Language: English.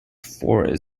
for